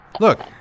Look